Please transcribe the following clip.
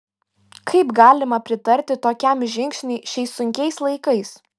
kaip galima pritarti tokiam žingsniui šiais sunkiais laikais